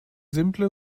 simple